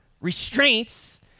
restraints